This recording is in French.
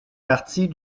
partie